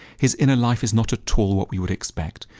his inner life is not at all what we would expect,